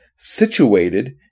situated